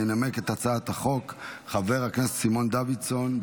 ינמק את הצעת החוק חבר הכנסת סימון דוידסון,